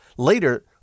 Later